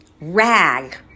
rag